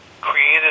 created